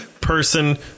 person